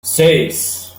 seis